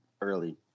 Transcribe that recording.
early